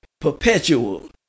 perpetual